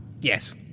Yes